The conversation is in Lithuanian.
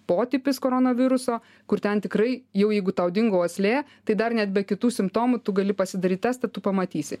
potipis koronaviruso kur ten tikrai jau jeigu tau dingo uoslė tai dar net be kitų simptomų tu gali pasidaryt testą tu pamatysi